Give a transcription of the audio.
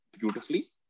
beautifully